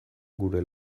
gure